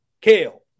Kale